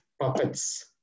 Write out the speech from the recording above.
puppets